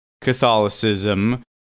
Catholicism